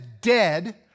dead